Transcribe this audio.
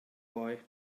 boy